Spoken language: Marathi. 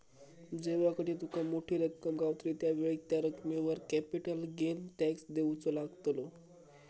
जेव्हा कधी तुका मोठी रक्कम गावतली त्यावेळेक त्या रकमेवर कॅपिटल गेन टॅक्स देवचो लागतलो